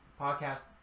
Podcast